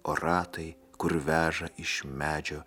o ratai kur veža iš medžio